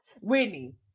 Whitney